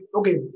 okay